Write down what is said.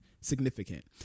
significant